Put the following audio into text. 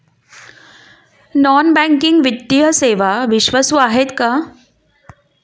Non banking वित्तीय सेवा विश्वासू आहेत का?